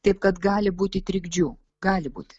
taip kad gali būti trikdžių gali būti